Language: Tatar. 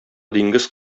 диңгез